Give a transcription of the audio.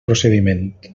procediment